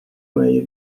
meglio